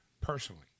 personally